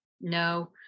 no